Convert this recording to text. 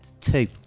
two